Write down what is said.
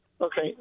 Okay